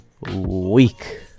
week